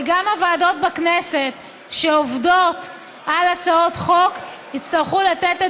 וגם הוועדות בכנסת שעובדות על הצעות חוק יצטרכו לתת את